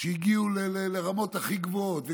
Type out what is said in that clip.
שהגיעו לרמות הכי גבוהות,